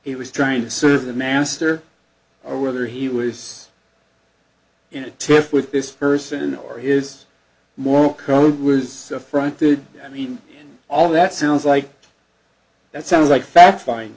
he was trying to serve the master or whether he was in a tiff with this person or his moral code was a front there i mean all that sounds like that sounds like fact fin